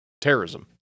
terrorism